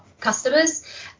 customers